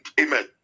amen